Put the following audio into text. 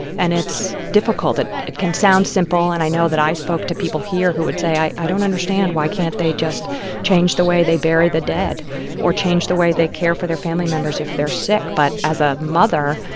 and it's difficult. it it can sound simple, and i know that i spoke to people here who would say, i i don't understand. why can't they just change the way they bury the dead or change the way they care for their family members if they're sick? but as a mother,